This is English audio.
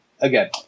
Again